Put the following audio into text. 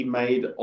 made